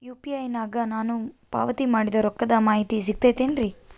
UPI ನಾಗ ನಾನು ಪಾವತಿ ಮಾಡಿದ ರೊಕ್ಕದ ಮಾಹಿತಿ ಸಿಗುತೈತೇನ್ರಿ?